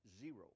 zero